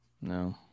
No